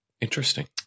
Interesting